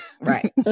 right